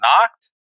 knocked